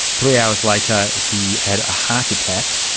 three hours later he had a heart attack.